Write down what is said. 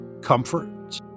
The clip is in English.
comfort